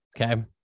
Okay